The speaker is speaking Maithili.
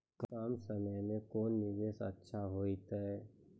कम समय के कोंन निवेश अच्छा होइतै?